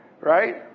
Right